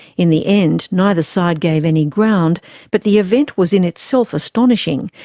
in the end, neither side gave any ground but the event was in itself astonishing,